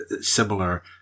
similar